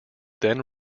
then